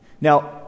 Now